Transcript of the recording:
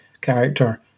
character